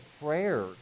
prayer